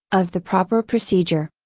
of the proper procedure.